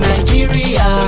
Nigeria